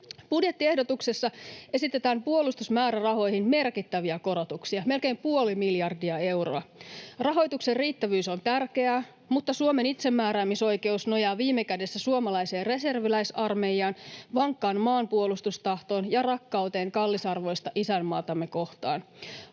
Budjettiehdotuksessa esitetään puolustusmäärärahoihin merkittäviä korotuksia, melkein puoli miljardia euroa. Rahoituksen riittävyys on tärkeää, mutta Suomen itsemääräämisoikeus nojaa viime kädessä suomalaiseen reserviläisarmeijaan, vankkaan maanpuolustustahtoon ja rakkauteen kallisarvoista isänmaatamme kohtaan.